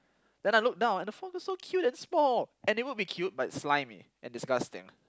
then I look down and the frog is so cute and small and it will be cute but slimy and disgusting